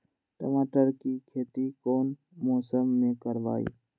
टमाटर की खेती कौन मौसम में करवाई?